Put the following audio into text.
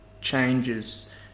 changes